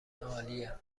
عالیه